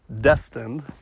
destined